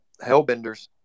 Hellbenders